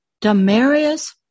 Damarius